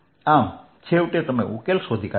આમ છેવટે તમે ઉકેલ શોધ્યો